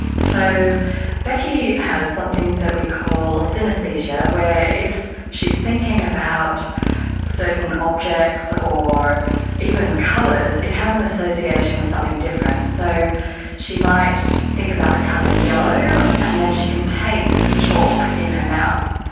so becky has something that we call synaesthesia, where if she is thinking about certain objects or even colours, it has an association with something different. so she might think about the colour yellow and then she can taste chalk in her mouth.